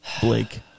Blake